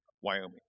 Wyoming